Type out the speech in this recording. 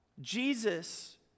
Jesus